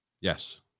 yes